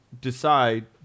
decide